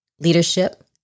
leadership